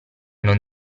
non